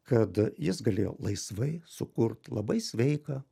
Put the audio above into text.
kad jis galėjo laisvai sukurt labai sveiką